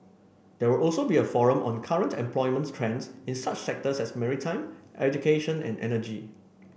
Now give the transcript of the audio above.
there will also be a forum on current employment trends in such sectors as maritime education and energy